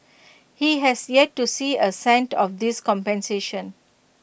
he has yet to see A cent of this compensation